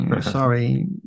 sorry